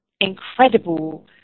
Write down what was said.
incredible